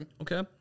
okay